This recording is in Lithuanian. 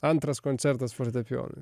antras koncertas fortepijonui